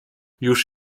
już